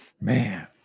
Man